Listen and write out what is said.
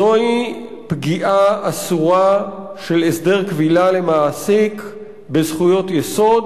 זוהי פגיעה אסורה של הסדר כבילה למעסיק בזכויות יסוד,